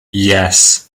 yes